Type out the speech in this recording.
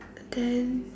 then